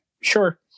sure